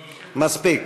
מספיק.